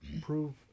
prove